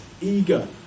eager